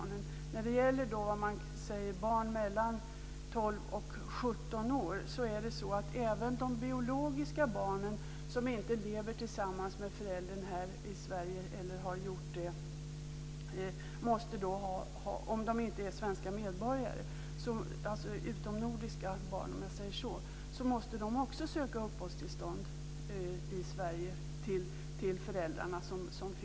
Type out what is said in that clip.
När det gäller barn mellan 12 och 17 år måste även de biologiska barn - och jag talar nu om utomnordiska barn som inte är svenska medborgare - som inte lever eller har levt tillsammans med föräldern här i Sverige söka uppehållstillstånd i Sverige.